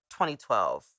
2012